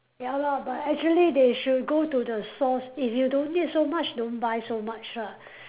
ya lor but actually they should go to the source if you don't need so much don't buy so much lah